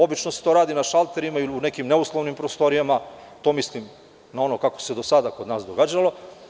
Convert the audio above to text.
Obično se to radi na šalterima ili u nekim neuslovnim prostorijama, to mislim na ono kako se do sada kod nas događalo.